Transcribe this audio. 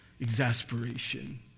exasperation